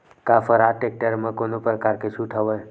का स्वराज टेक्टर म कोनो प्रकार के छूट हवय?